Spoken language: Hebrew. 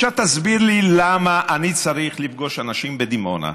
עכשיו תסביר לי למה אני צריך לפגוש אנשים בדימונה,